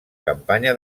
campanya